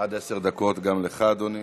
והופכת לטרור.